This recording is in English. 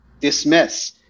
dismiss